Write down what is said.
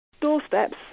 doorsteps